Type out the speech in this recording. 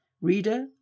Reader